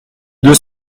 deux